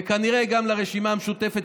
וכנראה גם לרשימה המשותפת,